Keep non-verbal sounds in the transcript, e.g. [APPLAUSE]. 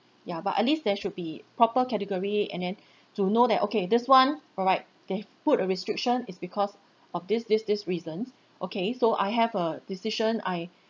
ya but at least there should be proper category and then [BREATH] to know that okay this one alright they've put a restriction it's because of this this this reasons okay so I have a decision I